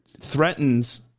threatens